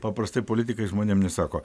paprastai politikai žmonėm nesako